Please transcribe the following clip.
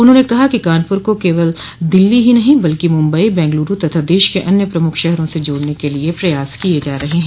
उन्होंने कहा कि कानपुर को केवल दिल्लो ही नहीं बल्कि मुंबई बैंगलुरू तथा देश के अन्य प्रमुख शहरों से जोड़ने के लिए प्रयास किये जा रहे हैं